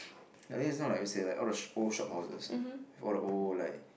I think is not like we say like all the old shop houses before the old like